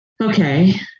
okay